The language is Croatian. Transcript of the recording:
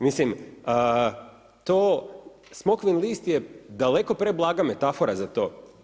Mislim to smokvin list je daleko preblaga metafora za to.